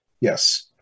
Yes